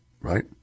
right